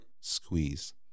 squeeze